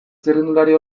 txirrindulari